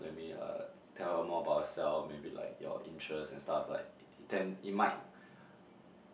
like maybe tell her more about yourself maybe like your interest and stuff like it then it might